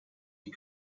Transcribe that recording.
die